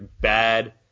bad